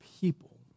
people